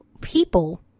people